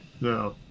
no